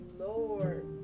Lord